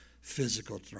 physical